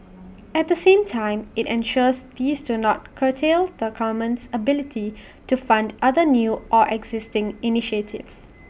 at the same time IT ensures these do not curtail the government's ability to fund other new or existing initiatives